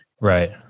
Right